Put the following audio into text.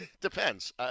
Depends